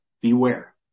Beware